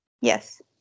Yes